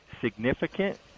significant